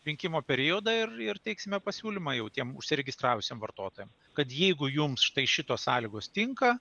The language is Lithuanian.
rinkimo periodą ir ir teiksime pasiūlymą jau tiem užsiregistravusiem vartotojam kad jeigu jums štai šitos sąlygos tinka